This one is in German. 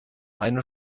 eine